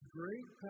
great